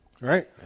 Right